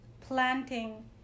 planting